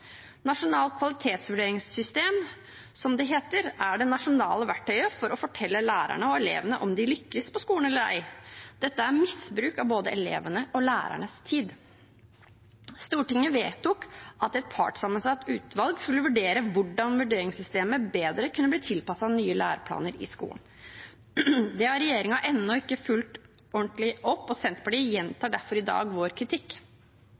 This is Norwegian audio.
Nasjonalt kvalitetsvurderingssystem, som det heter, er det nasjonale verktøyet for å fortelle lærerne og elevene om de lykkes på skolen eller ei. Dette er misbruk av både elevenes og lærernes tid. Stortinget vedtok at et partssammensatt utvalg skulle vurdere hvordan vurderingssystemet bedre kunne bli tilpasset nye læreplaner i skolen. Det har regjeringen ennå ikke fulgt ordentlig opp, og Senterpartiet gjentar derfor i dag vår kritikk.